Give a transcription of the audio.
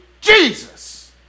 Jesus